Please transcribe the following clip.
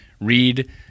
read